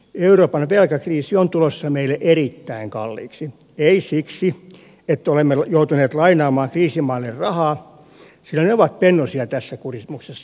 euroopan velkakriisi on tulossa meille erittäin kalliiksi ei siksi että olemme joutuneet lainaamaan kriisimaille rahaa sillä ne ovat pennosia tässä kurimuksessa